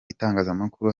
itangazamakuru